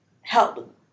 help